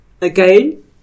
again